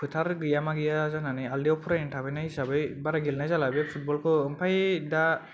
फोथार गैया मा गैया जानाय जों आलदा आव फोरायनो थाफैनाय हिसाबजों बारा गेलेनाय जाला फुटबलखौ आमफाय दा